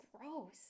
gross